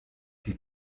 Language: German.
die